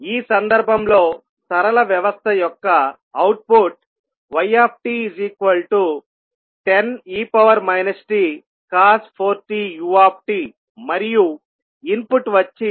ఈ సందర్భంలో సరళ వ్యవస్థ యొక్క అవుట్పుట్ y10e tcos⁡4tu మరియు ఇన్పుట్ వచ్చి xe tu